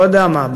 לא יודע מה,